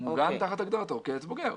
כמה שנים זה בוגר?